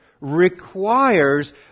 requires